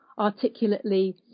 articulately